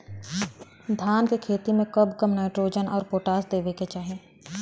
धान के खेती मे कब कब नाइट्रोजन अउर पोटाश देवे के चाही?